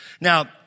Now